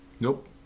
Nope